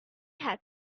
have